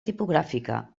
tipogràfica